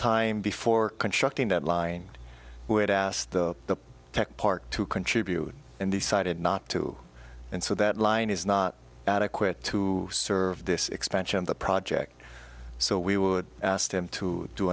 time before constructing that line we had asked the tech part to contribute and decided not to and so that line is not adequate to serve this expansion of the project so we would ask them to do